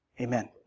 amen